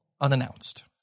unannounced